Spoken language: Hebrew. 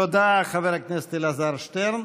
תודה, חבר הכנסת אלעזר שטרן.